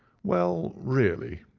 well, really,